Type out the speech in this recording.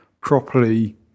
properly